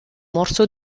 morso